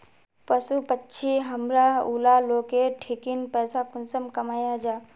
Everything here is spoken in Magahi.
पशु पक्षी हमरा ऊला लोकेर ठिकिन पैसा कुंसम कमाया जा?